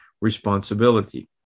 responsibility